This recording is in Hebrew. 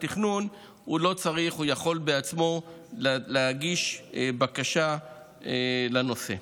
התכנון יכול בעצמו להגיש בקשה בנושא.